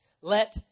Let